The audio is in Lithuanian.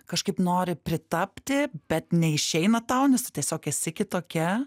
kažkaip nori pritapti bet neišeina tau nes tu tiesiog esi kitokia